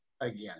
again